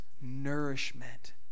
Nourishment